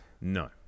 No